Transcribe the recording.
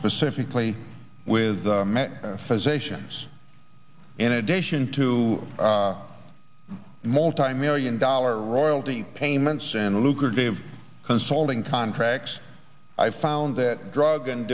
specifically with physicians in addition to multimillion dollar royalty payments and lucrative consulting contracts i've found that drug and